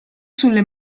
sulle